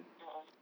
a'ah